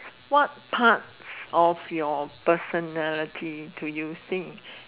what parts of your personality to you think